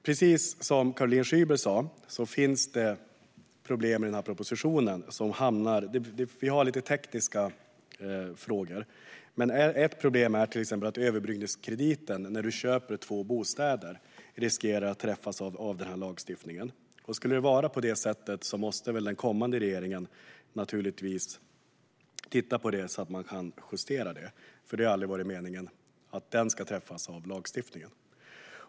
Precis som Caroline Szyber sa finns det problem med den här propositionen. Vi har lite tekniska frågor. Ett problem är till exempel att överbryggningskrediten när du köper bostad riskerar att träffas av den här lagstiftningen. Skulle det vara på det sättet måste den kommande regeringen titta på det så att det kan justeras, för det har aldrig varit meningen att den ska träffas av lagstiftningen.